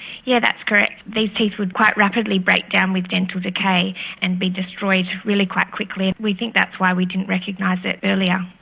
yeah that's correct. these teeth would quite rapidly break down with dental decay and be destroyed really quite quickly. we think that's why we didn't recognise it earlier.